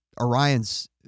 Orion's